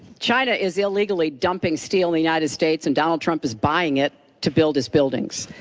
china is illegally dumping steel in the united states and donald trump is buying it to build his buildings,